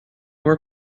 were